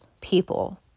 people